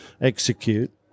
execute